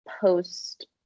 post